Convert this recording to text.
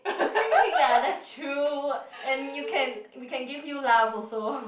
ya that's true and you can we can give you laugh also